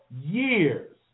years